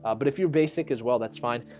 ah but if you're basic as well that's fine,